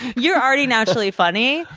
you're already naturally funny,